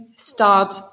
Start